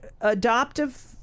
adoptive